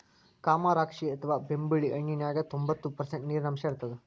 ಕಮರಾಕ್ಷಿ ಅಥವಾ ಬೆಂಬುಳಿ ಹಣ್ಣಿನ್ಯಾಗ ತೋಭಂತ್ತು ಪರ್ಷಂಟ್ ನೇರಿನಾಂಶ ಇರತ್ತದ